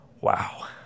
Wow